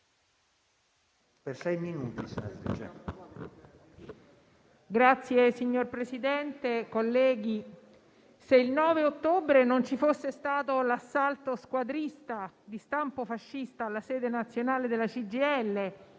*(PD)*. Signor Presidente, colleghi, se il 9 ottobre non ci fosse stato l'assalto squadrista, di stampo fascista, alla sede nazionale della CGIL